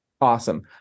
Awesome